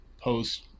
post